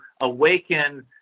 awaken